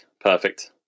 perfect